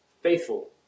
faithful